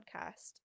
podcast